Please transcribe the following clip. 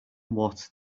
what